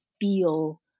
feel